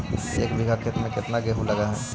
एक बिघा खेत में केतना गेहूं लग है?